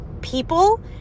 people